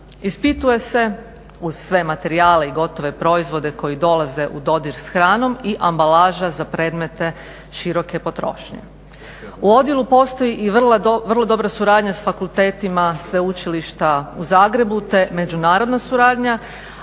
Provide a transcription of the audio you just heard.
Ispituje se, uz sve materijale i gotove proizvode koji dolaze u dodir s hranom, i ambalaža za predmete široke potrošnje. U odjelu postoji i vrlo dobra suradnja s fakultetima Sveučilišta u Zagrebu te međunarodna suradnja,